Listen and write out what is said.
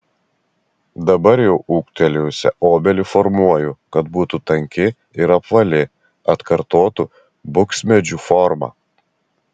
dabar jau ūgtelėjusią obelį formuoju kad būtų tanki ir apvali atkartotų buksmedžių formą